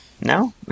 No